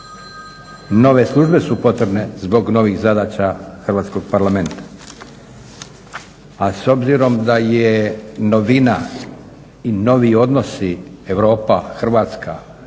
nove službe su potrebne zbog novih zadaća Hrvatskog parlamenta. A s obzirom da je novina i novi odnosi Europa-Hrvatska, hrvatske